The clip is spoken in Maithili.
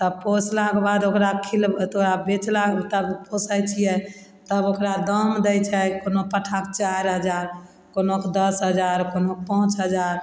तब पोसलाके बाद ओकरा खिल तऽ ओकरा बेचलाके बाद तब पोसै छिए तब ओकरा दाम दै छै कोनो पट्ठाके चारि हजार कोनोके दस हजार कोनोके पाँच हजार